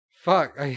Fuck